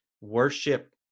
worship